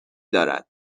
دارد